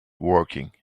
working